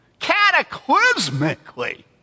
Cataclysmically